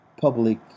public